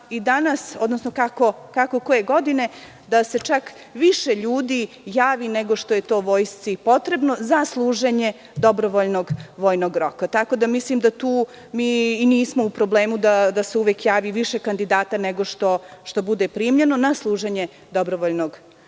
i danas, odnosno kako koje godine, da se čak više ljudi javi nego što je vojsci potrebno za služenje dobrovoljnog vojnog roka, tako da mislim da tu mi i nismo u problemu da se uvek javi više kandidata nego što bude primljeno na služenje dobrovoljnog